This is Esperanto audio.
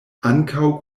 ankaŭ